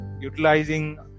utilizing